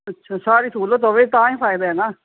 ਅੱਛਾ ਸਾਰੀ ਸਹੂਲਤ ਹੋਵੇ ਤਾਂ ਹੀ ਫਾਇਦਾ ਹੈ ਨਾ